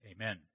Amen